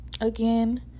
again